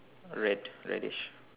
red reddish